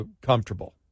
comfortable